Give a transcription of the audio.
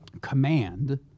Command